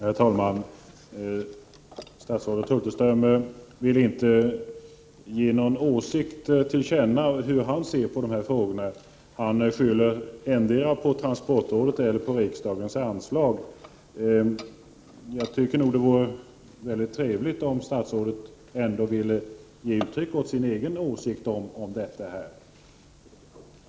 Herr talman! Statsrådet Hulterström ville inte ge någon åsikt till känna om hur han ser på dessa frågor. Han skyller antingen på transportrådet eller på riksdagens anslag. Jag tycker nog att det vore trevligt om statsrådet ändå ville ge uttryck åt sin egen åsikt.